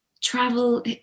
travel